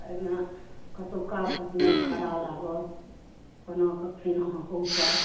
एहिमे कतुका कतना भाड़ा लागत कोना कखन अहाँ पहुँचायब